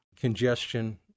Congestion